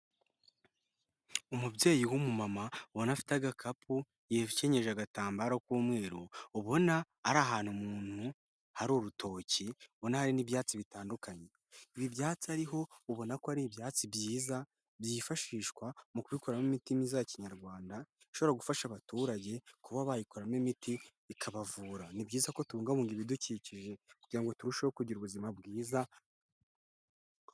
Umubyeyi w'umumama ubona afite agakapu, yikenyeje agatambaro k'umweru, ubona ari ahantu umuntu hari urutoki ubuna hari n'ibyatsi bitandukanye, ibi byatsi ariho ubona ko ari ibyatsi byiza byifashishwa mu kubikoramo imitima myiza ya Kinyarwanda ishobora gufasha abaturage kuba bayikoramo imiti ikabavura, ni byiza ko tubungabunga ibidukikije kugira ngo turusheho kugira ubuzima bwiza.